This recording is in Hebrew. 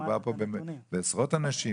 מדובר פה בעשרות אנשים,